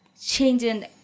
changing